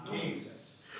Jesus